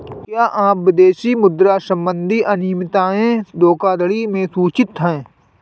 क्या विदेशी मुद्रा संबंधी अनियमितताएं धोखाधड़ी में सूचित हैं?